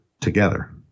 together